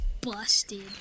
busted